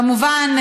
כמובן,